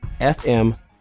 fm